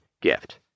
gift